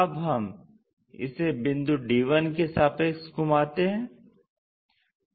अब हम इसे बिंदु d1 के सापेक्ष घुमाते हैं